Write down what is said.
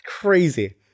crazy